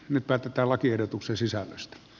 nyt päätetään lakiehdotuksen sisällöstä